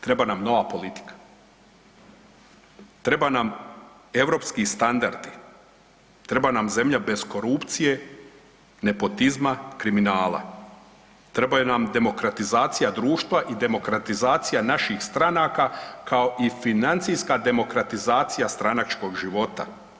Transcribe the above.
Treba nam nova politika, treba nam europski standardi, treba nam zemlja bez korupcije, nepotizma, kriminala, trebaju nam demokratizacija društva i demokratizacija naših stranaka kao i financijska demokratizacija stranačkog života.